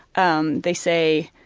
um they say,